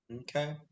okay